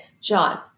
John